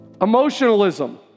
Emotionalism